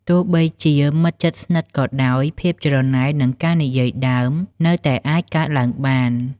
ទោះបីជាមិត្តជិតស្និទ្ធក៏ដោយ ភាពច្រណែន និងការនិយាយដើមនៅតែអាចកើតឡើងបាន។